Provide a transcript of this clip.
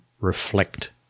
reflect